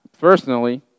personally